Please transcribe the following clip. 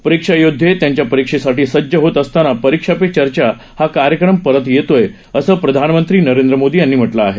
परीक्षायोद्धे त्यांच्या परीक्षेसाठी सज्ज होत असताना परीक्षा पे चर्चा हा कार्यक्रम परत येतोय असं प्रधानमंत्री नरेंद्र मोदी यांनी म्हटलं आहे